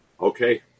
Okay